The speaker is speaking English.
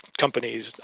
companies